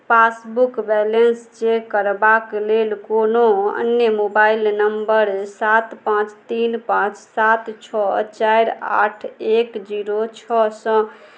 passbook balance check करबाक लेल कोनो अन्य मोबाइल नम्बर सात पाँच तीन पाँच सात छओ चारि आठ एक जीरो छओसँ